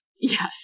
Yes